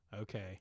okay